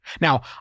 Now